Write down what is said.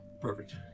Perfect